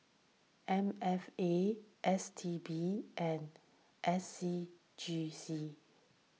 M F A S T B and S C G C